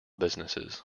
businesses